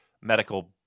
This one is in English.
medical